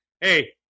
hey